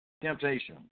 temptation